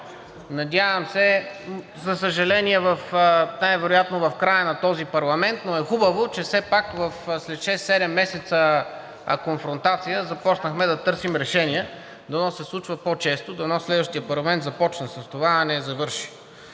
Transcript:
диалог. За съжаление, най вероятно в края на този парламент, но е хубаво, че все пак след шест-седем месеца конфронтация започнахме да търсим решения. Дано да се случва по-често, дано следващият парламент започне с това, а не да завърши.